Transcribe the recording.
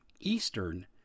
Eastern